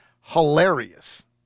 hilarious